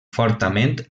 fortament